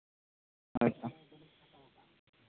ᱦᱳᱭ ᱛᱚ